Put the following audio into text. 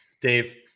Dave